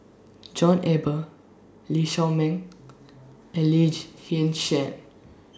John Eber Lee Shao Meng and Lee Shyan